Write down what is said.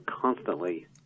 constantly